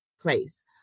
place